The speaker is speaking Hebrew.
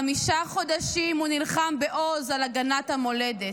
חמישה חודשים הוא נלחם בעוז על הגנת המולדת,